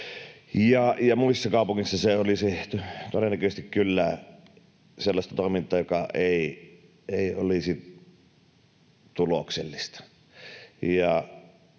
muissa kaupungeissa se olisi todennäköisesti kyllä sellaista toimintaa, joka ei olisi tuloksellista.